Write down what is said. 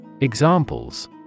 Examples